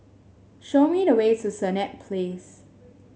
show me the way to Senett Place